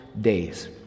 days